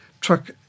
truck